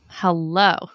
Hello